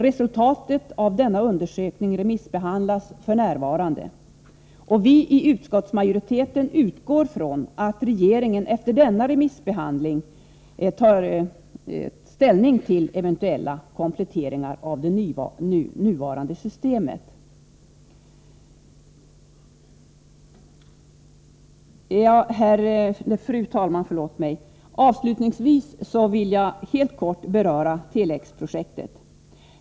Resultatet av denna undersökning remissbehandlas f. n. Utskottsmajoriteten utgår från att regeringen efter denna remissbehandling tar ställning till eventuella kompletteringar av det nuvarande systemet. Fru talman! Avslutningsvis vill jag helt kort beröra Tele-X-projektet.